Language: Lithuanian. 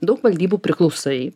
daug valdybų priklausai